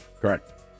Correct